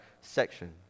section